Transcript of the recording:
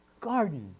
garden